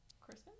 Christmas